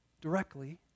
directly